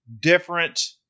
different